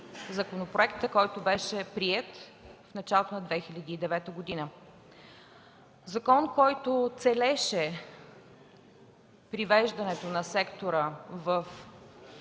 законопроекта, който беше приет в началото на 2009 г. – закон, който целеше привеждането на сектора в